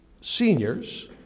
seniors